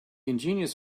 ingenious